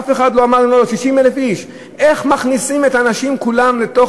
אף אחד לא אמר: איך מכניסים את האנשים כולם לתוך